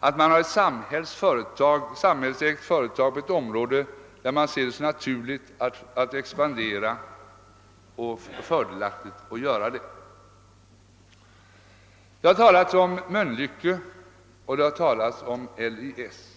att det finns ett samhällsägt företag på ett område, där man ser det som naturligt och fördelaktigt att expandera? Här har talats om Mölnlycke och om LIC.